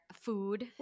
food